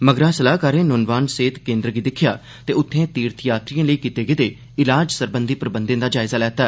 मगरा सलाह्कारें नुनवान च सेह्त केन्द्र गी दिक्खेआ ते उत्थें तीर्थयात्रिएं लेई कीते दे इलाज सरबंधी प्रबंधें दा जायजा लैता